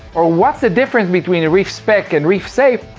or what's the difference between reef-spec and reef-safe?